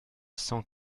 cent